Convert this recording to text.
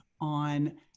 on